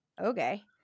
okay